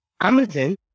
amazon